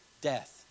Death